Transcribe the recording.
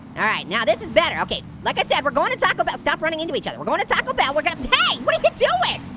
alright, now this is better, better, okay. like i said, we're going to taco bell, stop running into each other, we're going to taco bell, we're gonna, hey, what are you doing?